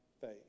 faith